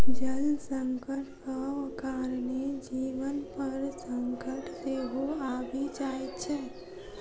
जल संकटक कारणेँ जीवन पर संकट सेहो आबि जाइत छै